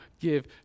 give